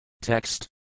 Text